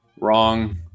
Wrong